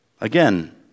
Again